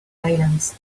silence